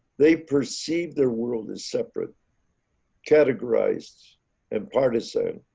they perceive the world is separate categorized and partisan